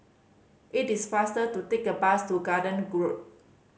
it is faster to take a bus to Garden Groad